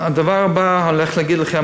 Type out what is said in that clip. הדבר הבא שאני הולך להגיד לכם,